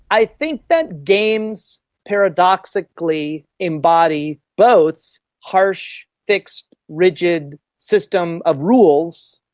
i think that games paradoxically embody both harsh, fixed, rigid system of rules,